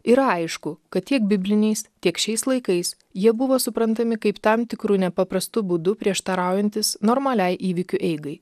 yra aišku kad tiek bibliniais tiek šiais laikais jie buvo suprantami kaip tam tikru nepaprastu būdu prieštaraujantys normaliai įvykių eigai